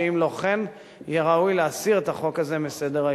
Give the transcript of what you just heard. שאם לא כן יהיה ראוי להסיר את החוק הזה מסדר-היום.